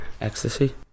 Ecstasy